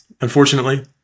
Unfortunately